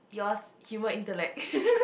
yours humour intellect